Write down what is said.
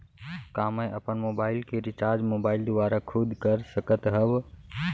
का मैं अपन मोबाइल के रिचार्ज मोबाइल दुवारा खुद कर सकत हव?